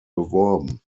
beworben